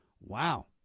Wow